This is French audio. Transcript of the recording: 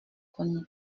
connu